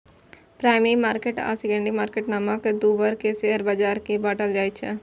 primary market आ secondary market नामक दू वर्ग मे शेयर बाजार कें बांटल जाइ छै